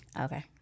okay